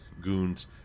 goons